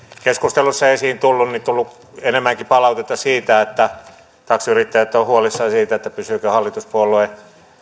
keskustelussa on esiin tullut on tullut enemmänkin palautetta siitä että taksiyrittäjät ovat huolissaan siitä pysyvätkö hallituspuolue